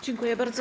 Dziękuję bardzo.